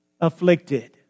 afflicted